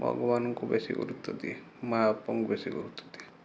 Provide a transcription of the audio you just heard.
ଭଗବାନଙ୍କୁ ବେଶୀ ଗୁରୁତ୍ୱ ଦିଏ ମାଁ ବାପାଙ୍କୁ ବେଶୀ ଗୁରୁତ୍ୱ ଦିଏ